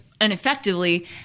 ineffectively